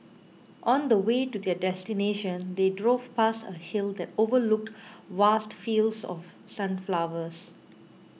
on the way to their destination they drove past a hill that overlooked vast fields of sunflowers